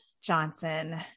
Johnson